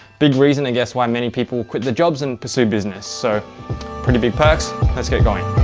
big reason i guess why many people quit the jobs and pursue business. so pretty big perks, lets gets going.